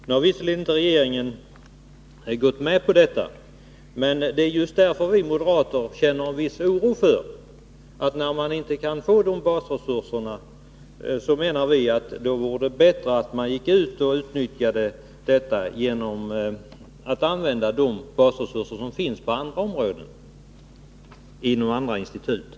Nu har visserligen inte regeringen gått med på detta, men det är just därför vi moderater känner en viss oro. När institutet inte kan få de önskade basresurserna, menar vi att det vore bättre att utnyttja de resurser som finns inom andra institutioner.